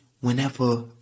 whenever